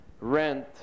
rent